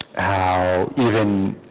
how even